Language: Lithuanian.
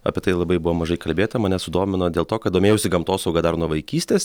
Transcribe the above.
apie tai labai buvo mažai kalbėta mane sudomino dėl to kad domėjausi gamtosauga dar nuo vaikystės